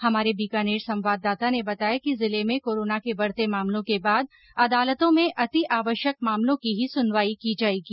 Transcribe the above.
हमारे बीकानेर संवाददाता ने बताया कि जिले में कोरोना के बढ़ते मामलों के बाद अदालतों में अति आवश्यक मामलों की ही सुनवाई की जाएगी